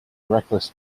reckless